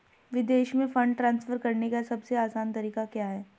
विदेश में fund transfer करने का सबसे आसान तरीका क्या है?